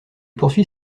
poursuit